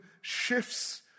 shifts